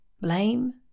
blame